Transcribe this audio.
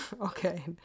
Okay